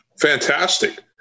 Fantastic